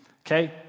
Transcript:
Okay